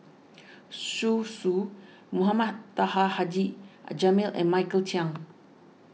Zhu Xu Mohamed Taha Haji Jamil and Michael Chiang